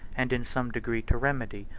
and in some degree to remedy,